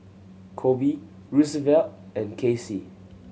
Koby Roosevelt and Kacie